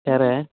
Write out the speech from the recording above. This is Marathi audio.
खरं आहे